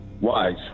Wise